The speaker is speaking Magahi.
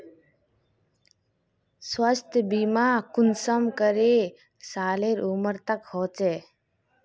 स्वास्थ्य बीमा कुंसम करे सालेर उमर तक होचए?